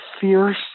fierce